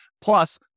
Plus